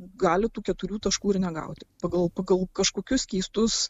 gali tų keturių taškų ir negauti pagal pagal kažkokius keistus